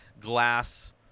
glass